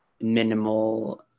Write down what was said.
minimal